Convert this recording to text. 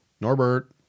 Norbert